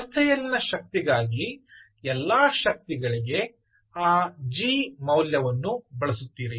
ವ್ಯವಸ್ಥೆಯಲ್ಲಿನ ಶಕ್ತಿಗಾಗಿ ಎಲ್ಲಾ ಶಕ್ತಿಗಳಿಗೆ ಆ G ಮೌಲ್ಯವನ್ನು ಬಳಸುತ್ತೀರಿ